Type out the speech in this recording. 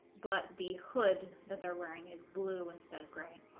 but the hood that they're wearing is blue instead of grey